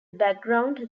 background